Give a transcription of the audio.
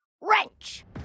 Wrench